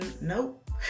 Nope